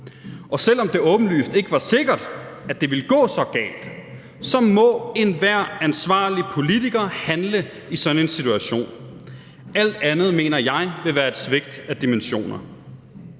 Og selv om det åbenlyst ikke var sikkert, at det ville gå så galt, må enhver ansvarlig politiker handle i sådan en situation. Alt andet mener jeg vil være et svigt af dimensioner.